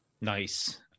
Nice